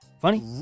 Funny